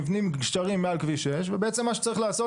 נבנים גשרים מעל כביש 6 ובעצם מה שצריך לעשות